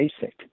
basic